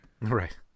Right